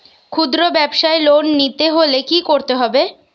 খুদ্রব্যাবসায় লোন নিতে হলে কি করতে হবে?